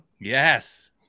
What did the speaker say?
Yes